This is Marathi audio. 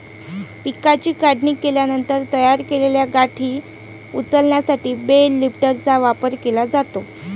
पिकाची काढणी केल्यानंतर तयार केलेल्या गाठी उचलण्यासाठी बेल लिफ्टरचा वापर केला जातो